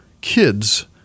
kids